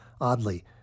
Oddly